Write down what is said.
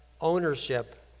ownership